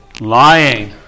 Lying